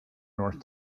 north